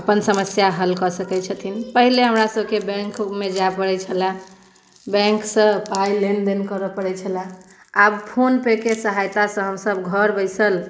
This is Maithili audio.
अपन समस्या हल कऽ सकैत छथिन पहिने हमरासभके बैंकमे जाय पड़ैत छलय बैंकसँ पाइ लेनदेन करय पड़ैत छलए आब फोनपेके सहायतासँ हमसभ घर बैसल